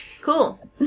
Cool